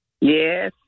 Yes